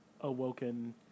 awoken